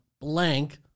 blank